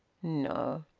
no.